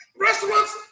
restaurants